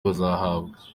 bazahabwa